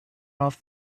off